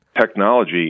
technology